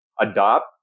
Adopt